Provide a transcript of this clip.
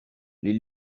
les